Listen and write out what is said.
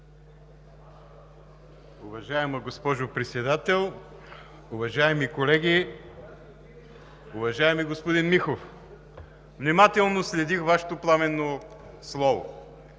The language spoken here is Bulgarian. Уважаема госпожо Председател, уважаеми колеги! Уважаеми господин Михов, внимателно следих Вашето пламенно слово.